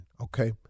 Okay